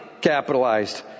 capitalized